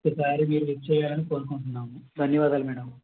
ఇంకోకసారి మీరు విచ్చేయాలని కోరుకుంటున్నాము ధన్యవాదాలు మేడం